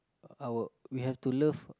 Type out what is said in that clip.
our we have to love